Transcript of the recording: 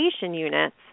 units